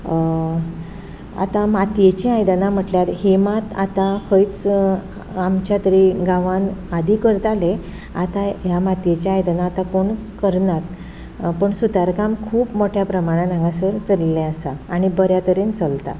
आतां मातयेचीं आयदनां म्हटल्यार हीं मात आतां खंयच आमच्या तरी गांवांन आदी करताले आतां ह्या मातयेचीं आयदनां आतां कोणत करना पूण सुतारकाम खूब मोठ्या प्रमाणांत हांगा चलिल्लें आसा आनी बरें तरेन चलता